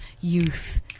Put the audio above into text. youth